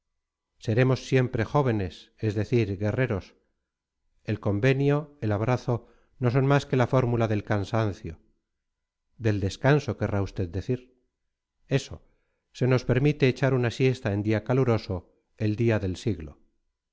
seremos siempre jóvenes es decir guerreros el convenio el abrazo no son más que la fórmula del cansancio del descanso querrá usted decir eso se nos permite echar una siesta en día caluroso el día del siglo